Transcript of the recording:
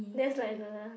that's like the